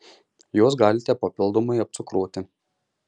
juos galite papildomai apcukruoti